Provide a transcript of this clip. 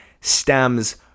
stems